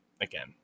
again